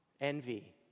envy